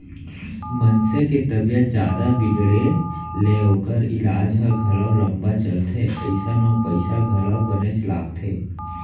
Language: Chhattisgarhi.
मनसे के तबीयत जादा बिगड़े ले ओकर ईलाज ह घलौ लंबा चलथे अइसन म पइसा घलौ बनेच लागथे